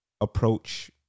approach